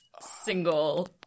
single